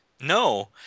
no